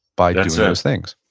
by doing those things